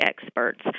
experts